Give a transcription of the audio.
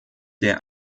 der